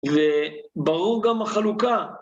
וברור גם החלוקה.